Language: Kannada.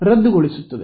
ರದ್ದುಗೊಳಿಸುತ್ತದೆ